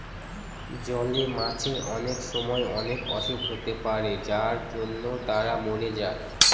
জলে মাছের অনেক সময় অনেক অসুখ হতে পারে যার জন্য তারা মরে যায়